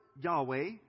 Yahweh